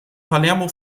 palermo